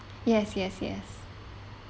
yes yes yes